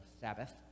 Sabbath